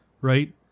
right